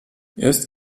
erst